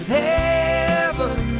heaven